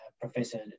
Professor